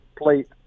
plate